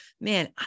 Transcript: man